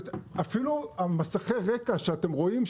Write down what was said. אפילו מסכי הרקע שאתם רואים,